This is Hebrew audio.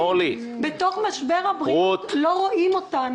בתוך משבר הבריאות לא רואים אותנו.